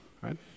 right